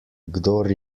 kdor